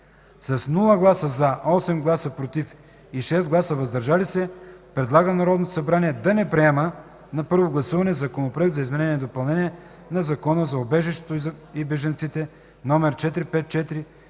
Без гласове „за”, с 8 гласа „против” и 6 гласа „въздържали се” предлага на Народното събрание да не приема на първо гласуване Законопроект за изменение и допълнение на Закона за убежището и бежанците, №